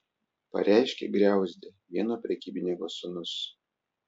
pareiškė griauzdė vieno prekybininko sūnus